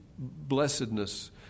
blessedness